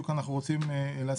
מה בדיוק אנחנו רוצים להשיג,